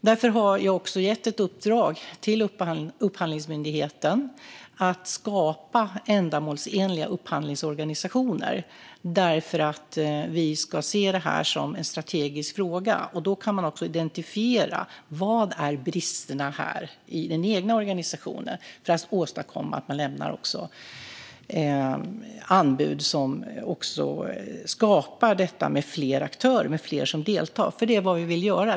Därför har jag gett ett uppdrag till Upphandlingsmyndigheten att skapa ändamålsenliga upphandlingsorganisationer, för vi ska se detta som en strategisk fråga. Då kan man identifiera bristerna i den egna organisationen när det gäller att åstadkomma att anbud lämnas med fler aktörer som deltar. Det är detta vi vill göra.